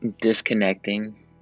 Disconnecting